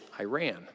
Iran